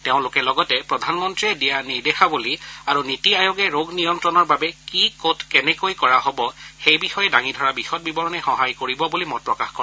তেওঁলোকে লগতে প্ৰধানমন্নীয়ে দিয়া নিৰ্দেশাৱলী আৰু নীতি আয়োগে ৰোগ নিয়ন্ত্ৰণৰ বাবে কি কত কেনেকৈ কেনেকৈ কৰা হব সেই বিষয়ে দাঙি ধৰা বিশদ বিৱৰণে সহায় কৰিব বুলি মত প্ৰকাশ কৰে